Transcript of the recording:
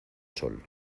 sol